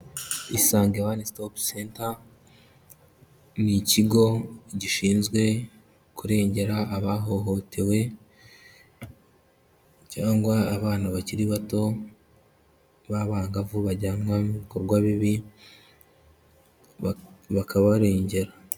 Isange one stop center, ni ikigo gishinzwe kurengera abahohotewe cyangwa abana bakiri bato b'abangavu bajyanwa mu bikorwa bibi bakabarengera.